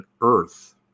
Earth